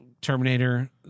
Terminator